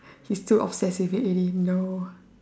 he's too obsessive if it didn't know